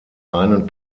einen